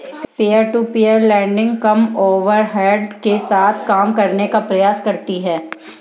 peer to peer lending कम overhead के साथ काम करने का प्रयास करती हैं